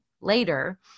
later